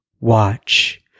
watch